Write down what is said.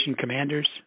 commanders